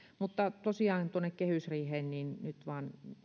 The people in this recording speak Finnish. mutta tosiaan tuonne kehysriiheen nyt vaan